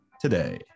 today